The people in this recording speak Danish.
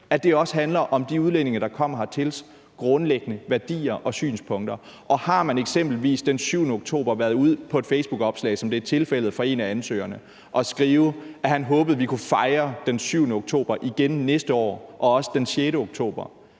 synspunkter hos de udlændinge, der kommer hertil. Har man eksempelvis den 7. oktober været ude på et facebookopslag, som det er tilfældet for en af ansøgerne, at skrive, at han håbede, at vi kunne fejre den 7. oktober igen næste år og også den 6. oktober,